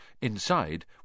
Inside